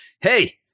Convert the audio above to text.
hey